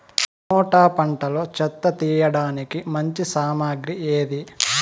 Tomato పంటలో చెత్త తీయడానికి మంచి సామగ్రి ఏది?